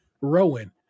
rowan